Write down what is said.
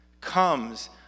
comes